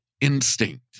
instinct